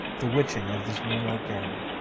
the witching of this moonlit garden!